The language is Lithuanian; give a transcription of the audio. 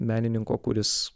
menininko kuris